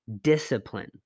discipline